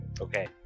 okay